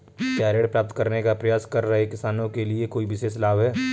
क्या ऋण प्राप्त करने का प्रयास कर रहे किसानों के लिए कोई विशेष लाभ हैं?